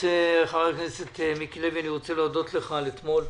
חבר הכנסת מיקי לוי, אני רוצה להודות לך על אתמול.